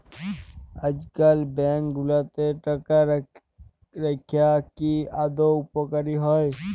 আইজকাল ব্যাংক গুলাতে টাকা রাইখা কি আদৌ উপকারী হ্যয়